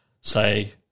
say